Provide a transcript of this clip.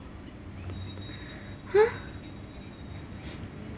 !huh!